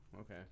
okay